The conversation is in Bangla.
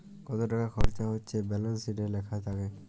কত টাকা খরচা হচ্যে ব্যালান্স শিটে লেখা থাক্যে